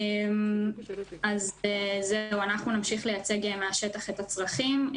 אז אנחנו נמשיך לייצג מהשטח את הצרכים.